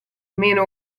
meno